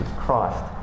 Christ